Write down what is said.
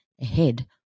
ahead